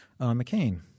McCain